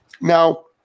Now